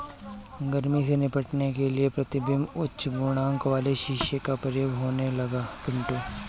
गर्मी से निपटने के लिए प्रतिबिंब उच्च गुणांक वाले शीशे का प्रयोग होने लगा है पिंटू